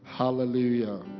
hallelujah